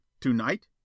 Tonight